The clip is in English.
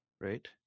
right